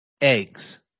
Eggs